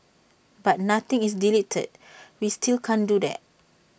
but nothing is deleted we still can't do that